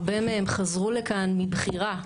הרבה מהם חזרו לכאן מבחירה,